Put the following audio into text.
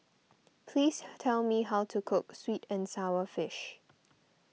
please tell me how to cook Sweet and Sour Fish